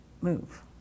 move